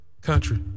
country